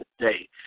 today